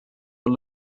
are